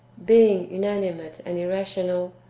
being inanimate and irrational,